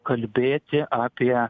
kalbėti apie